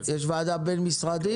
יש ועדה בין-משרדית?